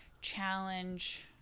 challenge